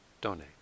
donate